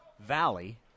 Valley